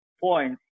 points